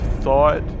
thought